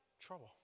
trouble